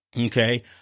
Okay